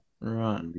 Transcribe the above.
Right